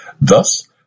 Thus